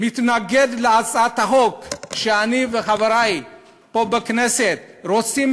מתנגד להצעת החוק שבה אני וחברי פה בכנסת רוצים